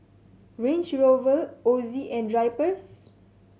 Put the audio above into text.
Range Rover Ozi and Drypers